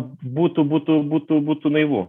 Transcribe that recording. būtų būtų būtų būtų naivu